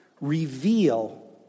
reveal